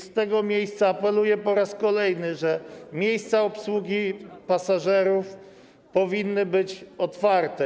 Z tego miejsca apeluję po raz kolejny, mówię, że miejsca obsługi pasażerów powinny być otwarte.